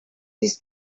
this